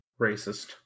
Racist